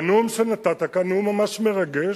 והנאום שנתת כאן, נאום ממש מרגש,